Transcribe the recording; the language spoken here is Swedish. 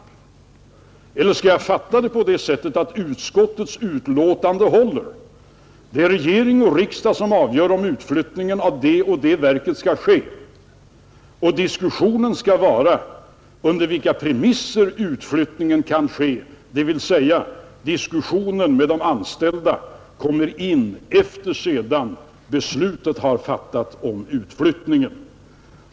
Eller skall jag fatta det så att utskottets betänkande håller; att det är regering och riksdag som avgör om utflyttning av det eller det verket skall ske och att diskussionen skall gälla under vilka premisser utflyttningen skall ske. Diskussionen med de anställda kommer alltså in efter det att beslutet har fattats om utflyttningen.